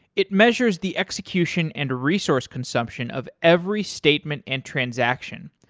it measures the execution and resource consumption of every statement and transaction,